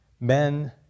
men